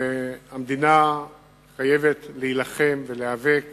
והמדינה חייבת להילחם ולהיאבק